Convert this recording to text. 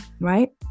right